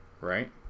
right